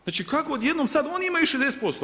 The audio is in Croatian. Znači kako odjednom sad oni imaju 60%